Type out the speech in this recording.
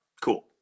Cool